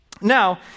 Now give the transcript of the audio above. Now